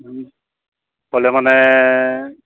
ক'লে মানে